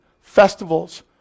festivals